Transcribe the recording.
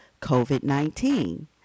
COVID-19